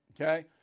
okay